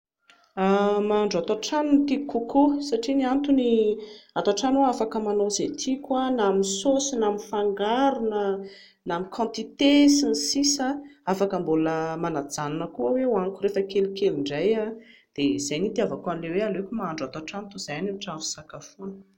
Mahandro ato an-trano no tiako kokoa satria ny antony ato an-trano aho afaka manao izay tiako na amin'ny saosy na amin'ny fangaro na ny quantité sy ny sisa, afaka mbola manajanona koa aho hoe hohaniko rehefa kelikely indray a, dia izay no hitiavako an'ilay hoe aleoko mahandro ato an-trano toy izay any amin'ny toeram-pisakafoana